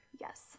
yes